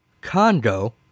Congo